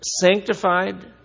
sanctified